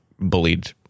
bullied